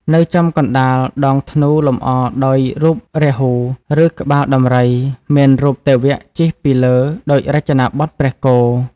នៅចំកណ្តាលដងធ្នូលម្អដោយរូបរាហ៊ូ ឬ ក្បាលដំរីមានរូបទេវៈជិះពីលើដូចរចនាបថព្រះគោ។